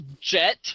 Jet